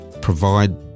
provide